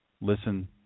listen